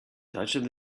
touching